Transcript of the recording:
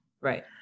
right